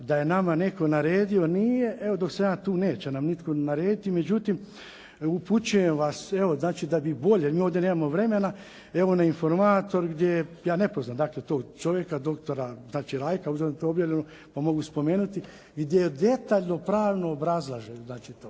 da je nama netko naredio. Nije, evo dok sam ja tu neće nam nitko narediti. Međutim, upućujem vas evo da bi bolje, mi ovdje nemamo vremena, na informator gdje, ja ne poznam tog čovjeka doktora …/Govornik se ne razumije./… pa mogu spomenuti gdje detaljno pravno obrazlaže to.